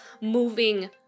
moving